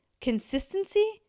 consistency